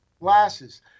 glasses